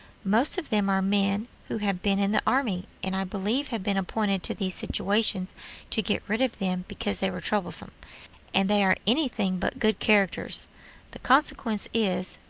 most of them are men who have been in the army, and i believe have been appointed to these situations to get rid of them because they were troublesome and they are any thing but good characters the consequence is,